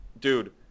dude